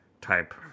type